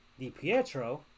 DiPietro